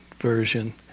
version